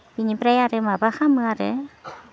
बिनिफ्राय आरो माबा खालामो आरो